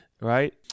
right